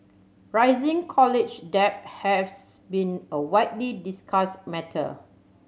rising college debt haves been a widely discussed matter